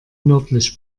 nördlich